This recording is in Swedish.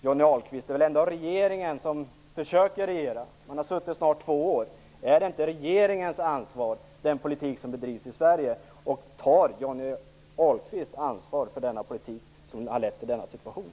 Johnny Ahlqvist, det är väl ändå regeringen som skall försöka att regera! Man har snart regerat i två år. Är inte den politik som bedrivs i Sverige regeringens ansvar? Tar Johnny Ahlqvist ansvar för den politik som har lett till denna situation?